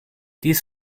dies